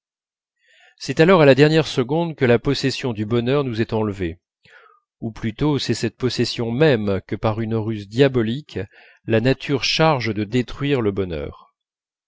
c'est alors à la dernière seconde que la possession du bonheur nous est enlevée ou plutôt c'est cette possession même que par une ruse diabolique la nature charge de détruire le bonheur